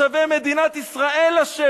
הכנסתם מיליון תושבי מדינת ישראל לשבי.